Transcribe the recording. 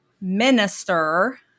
minister